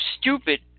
stupid